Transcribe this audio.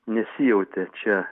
nesijautė čia